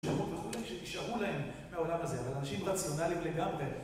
...שנשארו להם מהעולם הזה, אבל אנשים רציונליים לגמרי...